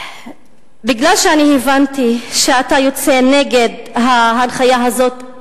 מכיוון שאני הבנתי שאתה יוצא נגד ההנחיה הזאת,